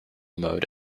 mode